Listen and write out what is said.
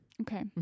Okay